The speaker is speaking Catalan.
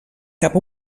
cap